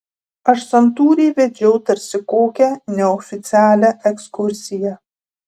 aš santūriai vedžiau tarsi kokią neoficialią ekskursiją